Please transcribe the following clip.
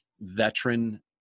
veteran